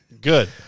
Good